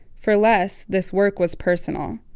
for less, this work was personal.